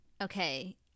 Okay